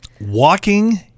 Walking